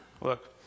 Look